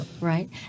right